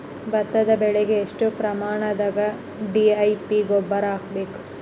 ಭತ್ತದ ಬೆಳಿಗೆ ಎಷ್ಟ ಪ್ರಮಾಣದಾಗ ಡಿ.ಎ.ಪಿ ಗೊಬ್ಬರ ಹಾಕ್ಬೇಕ?